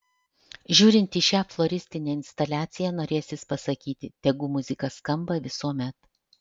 žiūrint į šią floristinę instaliaciją norėsis pasakyti tegu muzika skamba visuomet